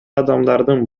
адамдардын